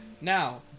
Now